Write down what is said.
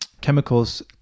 chemicals